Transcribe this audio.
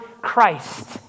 Christ